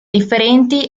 differenti